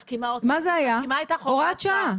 אני מסכימה איתך, הוראת שעה.